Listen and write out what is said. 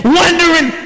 wondering